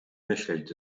myśleć